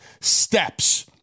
steps